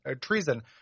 Treason